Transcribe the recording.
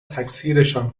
تکثیرشان